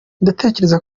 ndatekereza